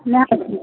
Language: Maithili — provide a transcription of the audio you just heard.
नहि